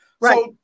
Right